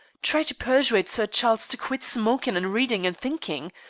try to persuade sir charles to quit smokin', and readin', and thinkin'.